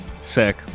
Sick